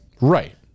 Right